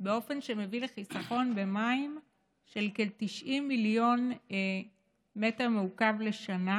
באופן שמביא לחיסכון במים של כ-90 מיליון מ"ק לשנה,